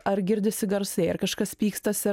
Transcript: ar girdisi garsai ar kažkas pykstasi